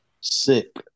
Sick